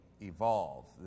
evolve